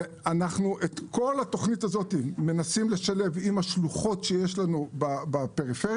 את כל התוכנית הזאת אנחנו מנסים לשלב עם השלוחות שיש לנו בפריפריה.